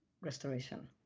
restoration